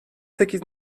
sekiz